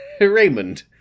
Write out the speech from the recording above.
Raymond